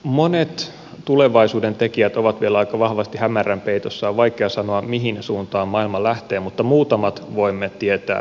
monet tulevaisuuden tekijät ovat vielä aika vahvasti hämärän peitossa on vaikea sanoa mihin suuntaan maailma lähtee mutta muutamat voimme tietää hyvinkin varmasti